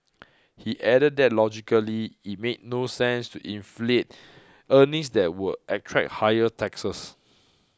he added that logically it made no sense to inflate earnings that would attract higher taxes